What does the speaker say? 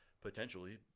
potentially